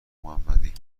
محمدی